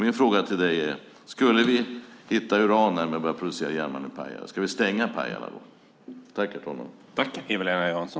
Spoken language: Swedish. Min fråga till dig är: Om vi skulle hitta uran när man har börjat producera järnmalm i Pajala, ska vi stänga Pajala då?